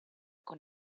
con